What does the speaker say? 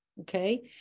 okay